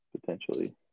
potentially